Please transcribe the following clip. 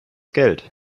geld